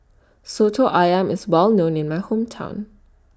Soto Ayam IS Well known in My Hometown